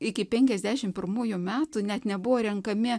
iki penkiasdešimt pirmųjų metų net nebuvo renkami